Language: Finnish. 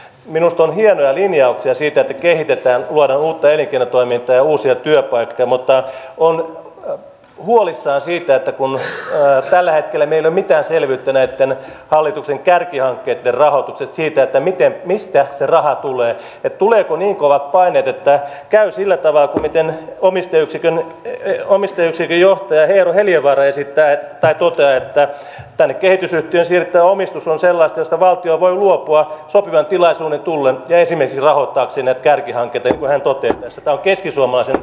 minusta on hienoja linjauksia siitä että kehitetään luodaan uutta elinkeinotoimintaa ja uusia työpaikkoja mutta olen huolissani siitä että kun tällä hetkellä meillä ei ole mitään selvyyttä näitten hallituksen kärkihankkeitten rahoituksesta siitä mistä se raha tulee niin tuleeko niin kovat paineet että käy sillä tavalla kuin omistajayksikön johtaja eero heliövaara toteaa että tänne kehitysyhtiöön siirrettävä omistus on sellaista josta valtio voi luopua sopivan tilaisuuden tullen ja esimerkiksi rahoittaakseen näitä kärkihankkeita niin kuin hän toteaa tässä tämä on keskisuomalaisen artikkeli